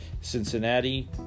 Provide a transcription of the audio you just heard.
Cincinnati